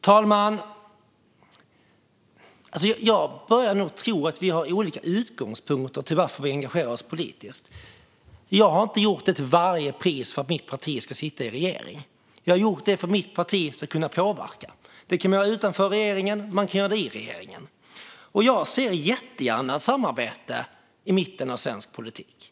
Herr talman! Jag börjar tro att vi har olika utgångspunkter till varför vi engagerar oss politiskt. Jag har inte engagerat mig för att mitt parti till varje pris ska sitta i regeringen, utan jag har gjort det för att mitt parti ska kunna påverka. Det kan man göra utanför regeringen, och man kan göra det i regeringen. Jag ser jättegärna ett samarbete i mitten av svensk politik.